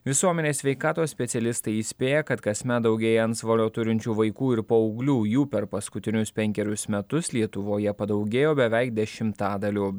visuomenės sveikatos specialistai įspėja kad kasmet daugėja antsvorio turinčių vaikų ir paauglių jų per paskutinius penkerius metus lietuvoje padaugėjo beveik dešimtadaliu